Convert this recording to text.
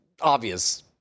obvious